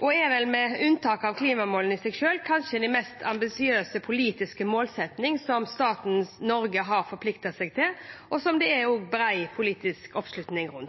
og er vel, med unntak av klimamålene i seg selv, kanskje de mest ambisiøse politiske målsettingene som staten Norge har forpliktet seg til, og som det også er bred politisk oppslutning om.